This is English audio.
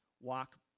Walk